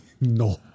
no